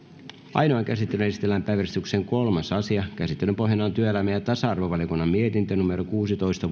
ainoaan käsittelyyn esitellään päiväjärjestyksen kolmas asia käsittelyn pohjana on työelämä ja tasa arvovaliokunnan mietintö kuusitoista